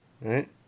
right